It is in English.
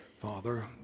Father